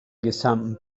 gesamten